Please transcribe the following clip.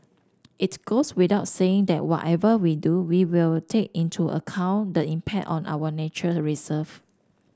it's goes without saying that whatever we do we will take into account the impact on our nature reserve